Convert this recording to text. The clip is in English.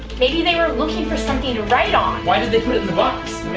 maybe they were looking for something to write on. why did they put it in the box?